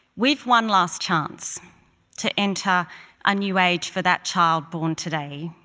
we've one last chance to enter a new age for that child born today,